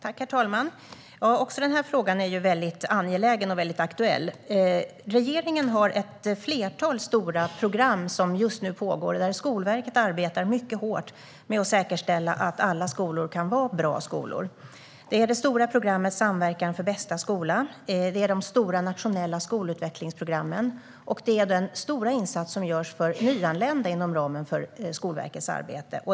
Herr talman! Också den här frågan är väldigt angelägen och aktuell. Regeringen har ett flertal stora program som just nu pågår. Skolverket arbetar mycket hårt för att säkerställa att alla skolor kan vara bra skolor. Det handlar om det stora programmet Samverkan för bästa skola, de stora nationella skolutvecklingsprogrammen och den stora insats som görs för nyanlända inom ramen för Skolverkets arbete.